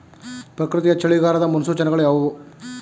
ಪ್ರಕೃತಿಯ ಚಳಿಗಾಲದ ಮುನ್ಸೂಚನೆಗಳು ಯಾವುವು?